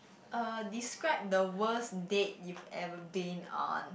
uh describe the worst date you've ever been on